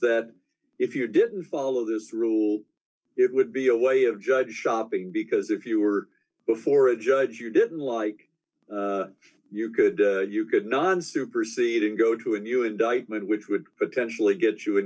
that if you didn't follow this rule d it would be a way of judge shopping because if you were before d a judge you didn't like you could you could non supervisory seating go to a new indictment which would potentially get you